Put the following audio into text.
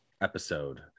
episode